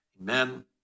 Amen